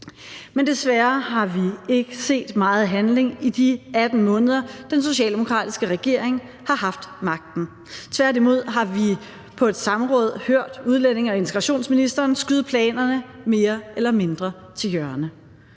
Men desværre har vi ikke set meget handling i de 18 måneder, den socialdemokratiske regering har haft magten. Tværtimod har vi på et samråd hørt udlændinge- og integrationsministeren skyde planerne mere eller mindre til hjørne.